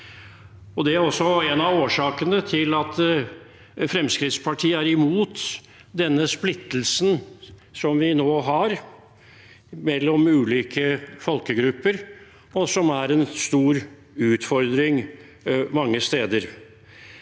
Det er også en av årsakene til at Fremskrittspartiet er imot denne splittelsen som vi nå har mellom ulike folkegrupper, og som er en stor utfordring mange steder.